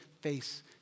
face